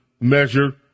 measure